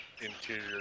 interior